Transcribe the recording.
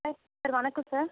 sir sir வணக்கம் sir